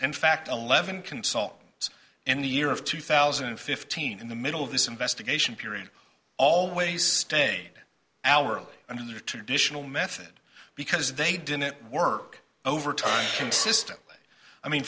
in fact eleven consultants in the year of two thousand and fifteen in the middle of this investigation period always stayed our under traditional method because they didn't work overtime consistently i mean